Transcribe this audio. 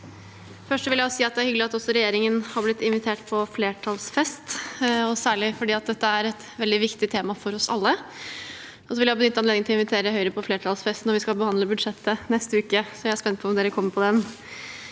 Først vil jeg si at det er hyggelig at også regjeringen har blitt invitert på flertallsfest, særlig fordi dette er et veldig viktig tema for oss alle. Så vil jeg benytte anledningen til å invitere Høyre på flertallsfest når vi skal behandle budsjettet neste uke. Jeg er spent på om de kommer på den.